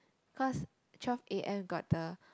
cause twelve a_m got the